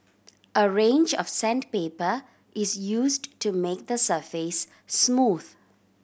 a range of sandpaper is used to make the surface smooth